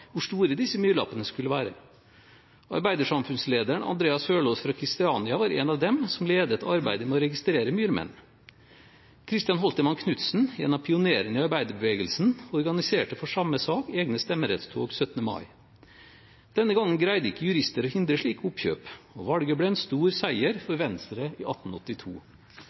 hvor store disse myrlappene skulle være. Arbeidersamfunnslederen Andreas Hølaas fra Kristiania var en av dem som ledet arbeidet med å registrere myrmenn. Christian Holtermann Knudsen, en av pionerne i arbeiderbevegelsen, organiserte for samme sak egne stemmerettstog 17. mai. Denne gangen greide ikke jurister å hindre slike oppkjøp og valget ble en stor seier for Venstre i 1882.»